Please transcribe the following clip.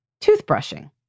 toothbrushing